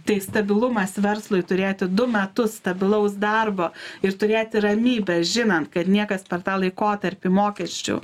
tai stabilumas verslui turėti du metus stabilaus darbo ir turėti ramybę žinant kad niekas per tą laikotarpį mokesčių